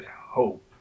hope